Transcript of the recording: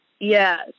Yes